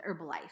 Herbalife